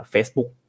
Facebook